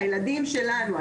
והילדים שלנו,